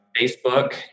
facebook